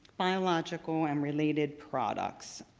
biological and related products.